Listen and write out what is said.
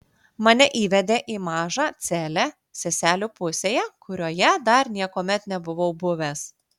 mane įvedė į mažą celę seselių pusėje kurioje dar niekuomet nebuvau buvęs